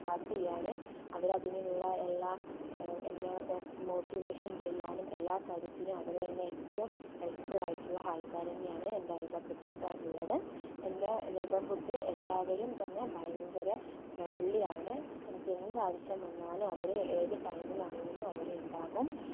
pass ചെയ്യാനും അവരതിനുള്ള എല്ലാ എന്നെ മോട്ടിവേഷൻ ചെയ്യാനും എല്ലാ കാര്യത്തിനും അവരുതന്നെ ഏറ്റോം ഹെൽപ്ഫുള്ളായിട്ടുള്ള ആൾക്കാരുതന്നെയാണ് അയൽവക്കക്കാരുള്ളത് എൻറ്റെ നെയ്ബർഹുഡ്ഡ് എല്ലാവരും തന്നെ ഭയങ്കര ഫ്രണ്ട്ലിയാണ് എനിക്കെന്താവിശ്യം വന്നാലും അവർ ഏതു ടൈമിലാണെങ്കിലും അവരുണ്ടാകും